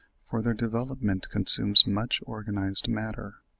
for their development consumes much organised matter.